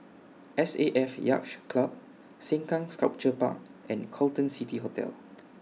S A F Yacht Club Sengkang Sculpture Park and Carlton City Hotel